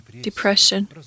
depression